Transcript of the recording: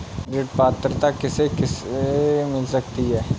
ऋण पात्रता किसे किसे मिल सकती है?